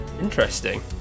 interesting